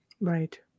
Right